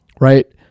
right